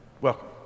Welcome